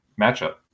matchup